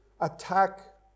attack